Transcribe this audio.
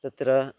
तत्र